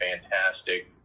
fantastic